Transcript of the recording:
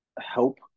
help